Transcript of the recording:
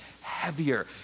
heavier